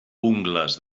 ungles